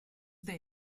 they